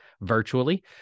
virtually